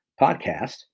podcast